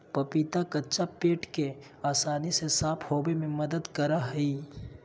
पपीता कच्चा पेट के आसानी से साफ होबे में मदद करा हइ